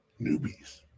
newbies